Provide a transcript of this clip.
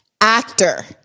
Actor